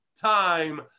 time